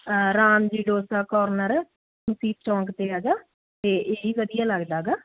Ram ji dosa corner ਮਸੀਤ ਚੌਂਕ 'ਤੇ ਹੈਗਾ ਅਤੇ ਇਹ ਹੀ ਵਧੀਆ ਲੱਗਦਾ ਗਾ